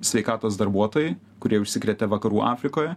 sveikatos darbuotojai kurie užsikrėtė vakarų afrikoje